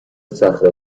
صخره